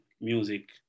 music